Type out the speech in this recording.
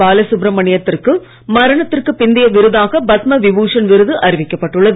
பாலசுப்ரமணியத்திற்கு மரணத்திற்கு பிந்தைய விருதாக பத்ம விபூஷன் விருது அறிவிக்கப்பட்டுள்ளது